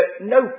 no